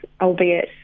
albeit